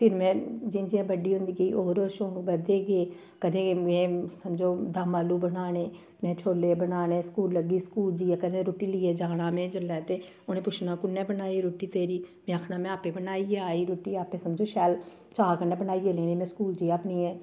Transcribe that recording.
फिर में जि'यां जि'यां बड्डी होंदी गेई होर होर शौंक बधदे गे कदें में समझो दम आलू बनाने में छोले बनाने स्कूल लग्गी स्कूल जेइयै कदें रुट्टी लेइयै जाना में जेल्लै ते उ'नें पुच्छना कु'न्नै बनाई रुट्टी तेरी में आक्खना में आपै बनाअइयै आई रुट्टी आपै समझो शैल चाऽ कन्नै बनाइयै लेनी में स्कूल जेइयै अपनियै